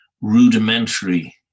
rudimentary